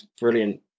brilliant